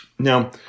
Now